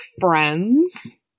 friends